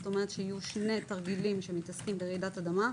זאת אומרת שיהיו שני תרגילים שמתעסקים ברעידת אדמה.